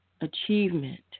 achievement